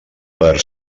per